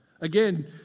Again